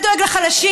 אתה דואג לחלשים?